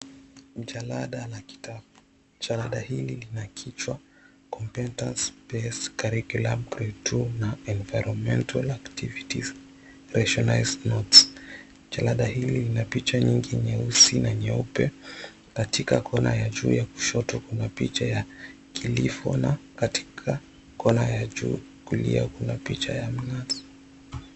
Ni jalada la kitabu. Jalada hili lina kichwa COMPETENCE BASED CARRIULUM GRADE 2 na ENVIRONMENTAL ACTIVITIES RATIONALISED NOTES. Jalada hili lina picha nyingi nyeusi na nyeupe katika kona ya juu ya kushoto, kuna picha ya kilifo na katika kona ya juu kulia kuna picha ya mnasi.